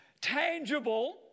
tangible